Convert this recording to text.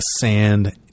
sand